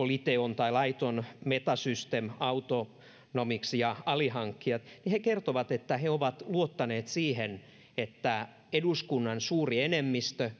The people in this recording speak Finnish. lite on meta system autonamics ja alihankkijat he kertovat että he ovat luottaneet siihen että eduskunnan suuri enemmistö